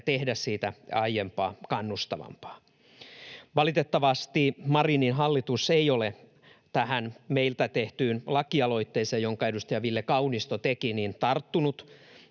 ja tehdä siitä aiempaa kannustavampaa. Valitettavasti Marinin hallitus ei ole tähän meiltä tehtyyn lakialoitteeseen, jonka edustaja Ville Kaunisto teki, tarttunut.